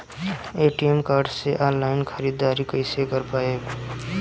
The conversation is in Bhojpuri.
ए.टी.एम कार्ड से ऑनलाइन ख़रीदारी कइसे कर पाएम?